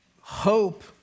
Hope